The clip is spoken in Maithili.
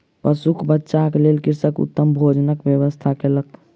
पशुक बच्चाक लेल कृषक उत्तम भोजनक व्यवस्था कयलक